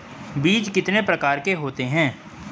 बीज कितने प्रकार के होते हैं?